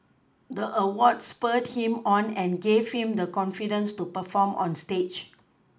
the award spurred him on and gave him the confidence to perform on stage